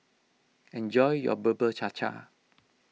enjoy your Bubur Cha Cha